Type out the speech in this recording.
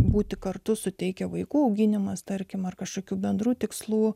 būti kartu suteikia vaikų auginimas tarkim ar kažkokių bendrų tikslų